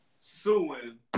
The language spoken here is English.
suing